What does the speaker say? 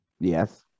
Yes